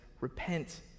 repent